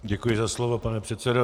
Děkuji za slovo, pane předsedo.